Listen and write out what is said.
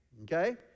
Okay